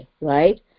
right